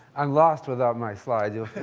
i'm lost without my slides. you'll